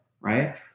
right